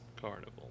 carnival